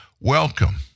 welcome